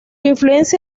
influencia